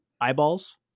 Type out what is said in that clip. eyeballs